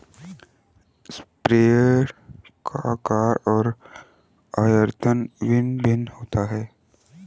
sprayer का आकार और आयतन भिन्न भिन्न होता है